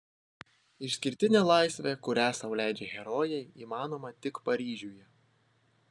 išskirtinė laisvė kurią sau leidžia herojai įmanoma tik paryžiuje